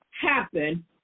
happen